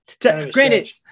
Granted